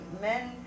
Men